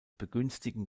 begünstigen